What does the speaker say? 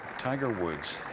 tiger woods.